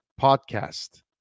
podcast